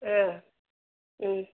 ஆ ம்